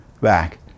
back